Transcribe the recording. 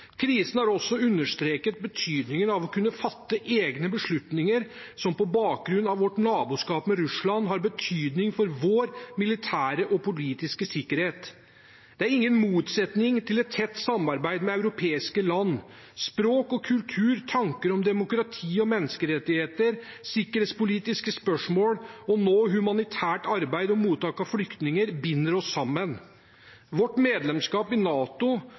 Krisen har også understreket betydningen av å kunne fatte egne beslutninger, som på bakgrunn av vårt naboskap med Russland har betydning for vår militære og politiske sikkerhet. Det er ingen motsetning til et tett samarbeid med europeiske land. Språk og kultur, tanker om demokrati og menneskerettigheter, sikkerhetspolitiske spørsmål – og nå humanitært arbeid og mottak av flyktninger – binder oss sammen. Vårt medlemskap i NATO